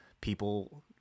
people